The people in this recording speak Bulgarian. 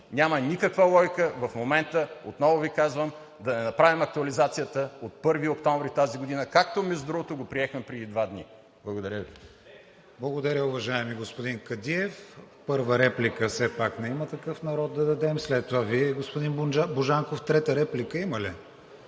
Няма никаква логика в момента, отново Ви казвам, да не направим актуализацията от 1 октомври тази година, както, между другото, го приехме преди два дни. Благодаря Ви. ПРЕДСЕДАТЕЛ КРИСТИАН ВИГЕНИН: Благодаря, уважаеми господин Кадиев. Първа реплика все пак на „Има такъв народ“ да дадем, след това Вие, господин Божанков. Трета реплика има ли?